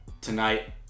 Tonight